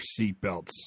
seatbelts